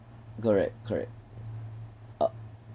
correct correct oh